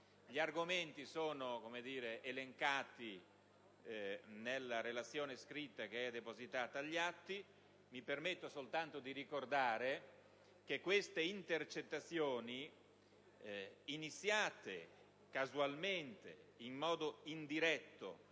Gli argomenti sono elencati nella relazione scritta depositata agli atti: mi permetto soltanto di ricordare che queste intercettazioni, iniziate casualmente, in modo indiretto,